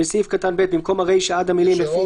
בסעיף קטן (ב), במקום הרישה עד המילים "לפי